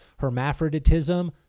hermaphroditism